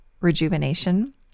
rejuvenation